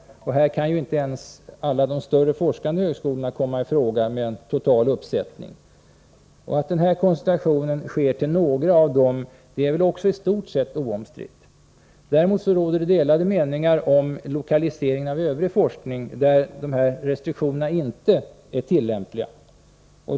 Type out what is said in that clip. Här kan inte ens alla de större, forskande högskolorna komma i fråga med en total uppsättning. Också att koncentration sker till några av dem torde vara i stort sett oomstritt. Däremot råder det delade meningar om lokaliseringen av övrig forskning, där dessa restriktioner inte är tillämpliga.